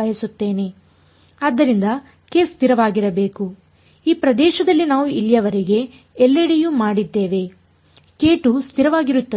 ಬಯಸುತ್ತೇನೆ ಆದ್ದರಿಂದ k ಸ್ಥಿರವಾಗಿರಬೇಕು ಈ ಪ್ರದೇಶದಲ್ಲಿ ನಾವು ಇಲ್ಲಿಯವರೆಗೆ ಎಲ್ಲೆಡೆಯೂ ಮಾಡಿದ್ದೇವೆ k2 ಸ್ಥಿರವಾಗಿರುತ್ತದೆ